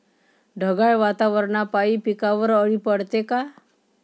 ढगाळ वातावरनापाई पिकावर अळी पडते का?